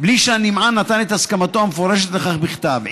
בלי שהנמען נתן את הסכמתו המפורשת לכך בכתב.